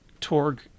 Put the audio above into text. Torg